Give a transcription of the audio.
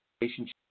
relationship